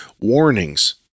warnings